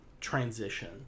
transition